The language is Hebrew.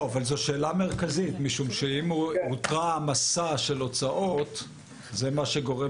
זאת שאלה מרכזית משום שאם אותרה העמסה של הוצאות זה מה שגורם